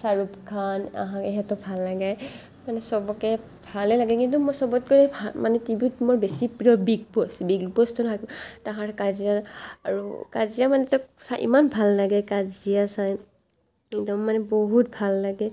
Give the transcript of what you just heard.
শ্বাহৰোখ খান এহেঁকো ভাল লাগে মানে চবকে ভালে লাগে কিন্তু চবতকৰি ভাল মানে টি ভিত মোৰ বেছি প্ৰিয় বিগ বছ বিগ বছটো মানে তাহাঁৰ কাজিয়া আৰু কাজিয়া মানে এইটো চাই ইমান ভাল লাগে কাজিয়া চাই একদম মানে বহুত ভাল লাগে